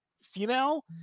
female